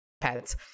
pets